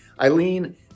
Eileen